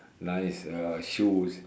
nice uh shoes